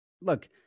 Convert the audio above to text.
look